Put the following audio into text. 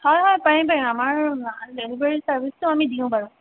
হয় হয় পাৰিম পাৰিম আমাৰ ডেলিভাৰী চাৰভিছটো আমি দিওঁ বাৰু